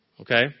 Okay